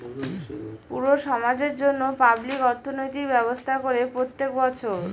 পুরো সমাজের জন্য পাবলিক অর্থনৈতিক ব্যবস্থা করে প্রত্যেক বছর